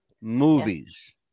movies